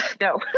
no